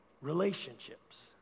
relationships